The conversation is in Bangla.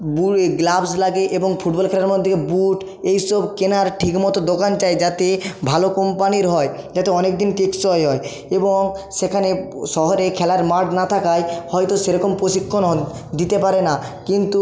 গ্লাভস লাগে এবং ফুটবল খেলার মধ্যে বুট এই সব কেনার ঠিক মতো দোকান চাই যাতে ভালো কোম্পানির হয় যাতে অনেক দিন টেকসই হয় এবং সেখানে শহরে খেলার মাঠ না থাকায় হয়তো সেরকম প্রশিক্ষণ দিতে পারে না কিন্তু